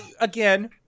again